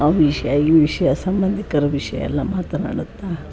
ಆ ವಿಷಯ ಈ ವಿಷಯ ಸಂಬಂಧಿಕರ ವಿಷಯ ಎಲ್ಲ ಮಾತನಾಡುತ್ತಾ